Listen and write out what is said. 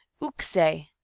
uk say!